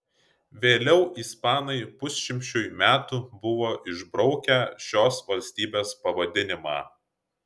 vėliau ispanai pusšimčiui metų buvo išbraukę šios valstybės pavadinimą